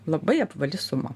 labai apvali suma